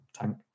tank